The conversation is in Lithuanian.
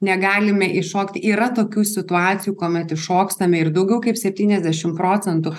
negalime įšokti yra tokių situacijų kuomet įšokstame ir daugiau kaip septyniasdešim procentų